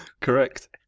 Correct